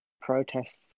protests